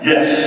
Yes